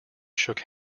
shook